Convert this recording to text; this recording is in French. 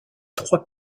trois